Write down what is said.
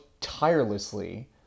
tirelessly